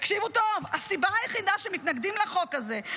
תקשיבו טוב: הסיבה היחידה שמתנגדים לחוק הזה,